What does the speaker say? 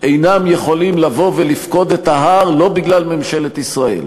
אינם יכולים לבוא ולפקוד את ההר לא בגלל ממשלת ישראל